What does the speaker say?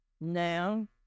Now